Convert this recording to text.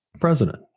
president